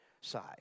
side